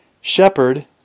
shepherd